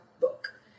book